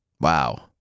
Wow